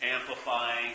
amplifying